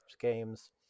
games